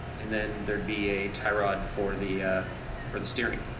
and then there'd be a tie rod for the for the steering.